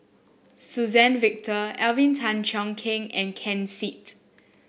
Suzann Victor Alvin Tan Cheong Kheng and Ken Seet